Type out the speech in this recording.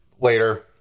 later